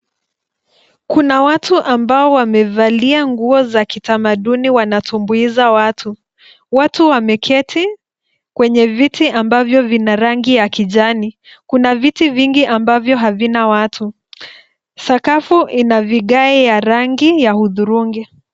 Kuna watu ambao wamevalia nguo za kitamanduni wanatumbuiza watu. Watu wameketi kwenye viti ambavyo vina rangi ya kijani. Kuna viti vingi ambavyo havina watu. Sakafu ina vigae ya rangi ya hudhurungi.